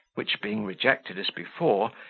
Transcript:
which being rejected as before,